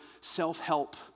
self-help